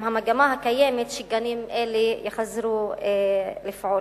עם המגמה הקיימת, שגנים אלה יחזרו לפעול.